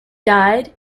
died